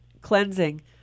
cleansing